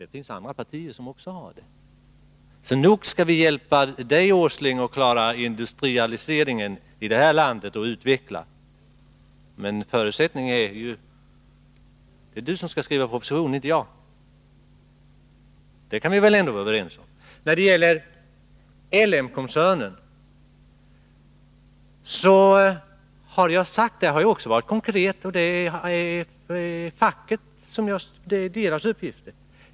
Det finns andra partier som också har det. Nog skall vi hjälpa Nils Åsling att klara av att utveckla industrin här i landet, men att det är Nils Åsling som skall skriva propositionen och inte jag kan vi väl ändå vara överens om. När det gäller L M-koncernen har jag också varit konkret — det är fackets uppgifter jag har refererat till.